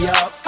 up